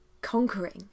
conquering